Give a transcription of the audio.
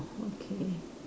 okay